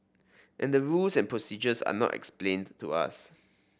and the rules and procedures are not explained to us